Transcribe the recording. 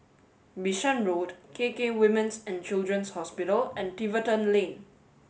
Bishan Road K K Women's and Children's Hospital and Tiverton Lane